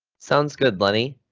sounds good, lenny.